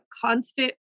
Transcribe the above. constant